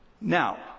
now